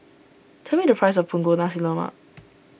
tell me the price of Punggol Nasi Lemak